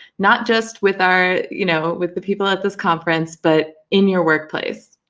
not just with our, you know, with the people at this conference, but in your workplace,